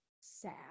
sad